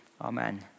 Amen